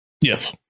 Yes